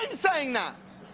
um saying that.